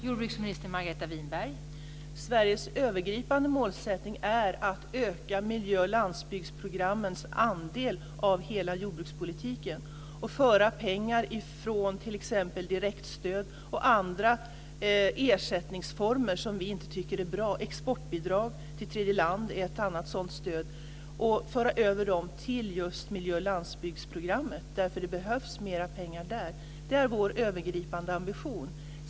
Fru talman! Sveriges övergripande målsättning är att öka miljö och landsbygdsprogrammens andel av hela jordbrukspolitiken och föra över pengar från t.ex. direktstöd och andra ersättningsformer som vi inte tycker är bra - exportbidrag till tredje land är ett annat sådant stöd - till just miljö och landsbygdsprogrammen. Det behövs mer pengar där. Det är vår övergripande ambition.